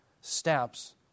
steps